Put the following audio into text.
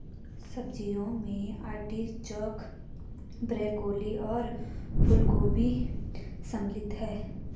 सब्जियों में artichoke, broccoli और फूलगोभी शामिल है